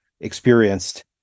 experienced